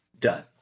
done